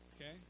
Okay